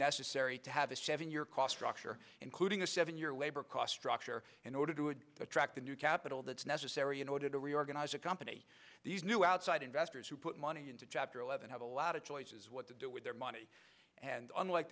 necessary to have a seven year cost structure including a seven year labor cost structure in order to attract the new capital that's necessary in order to reorganize a company these new outside investors who put money into chapter eleven have a lot of choices what to do with their money and unlike